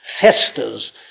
festers